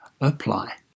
apply